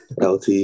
LT